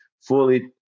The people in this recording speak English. fully